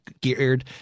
geared